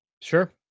Sure